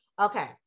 Okay